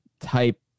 type